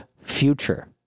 future